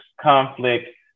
conflict